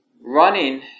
Running